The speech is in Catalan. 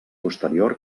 posterior